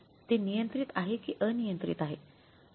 ते नियंत्रित आहे की अनियंत्रित आहे